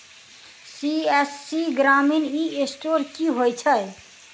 CSC ग्रामीण e store की होइ छै?